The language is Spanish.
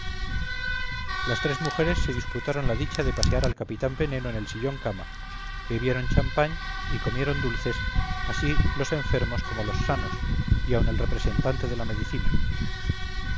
las tres mujeres se disputaron la dicha de pasear al capitán veneno en el sillón cama bebieron champagne y comieron dulces así los enfermos como los sanos y aun el representante de la medicina